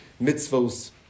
mitzvos